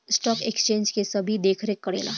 stock exchange के सेबी देखरेख करेला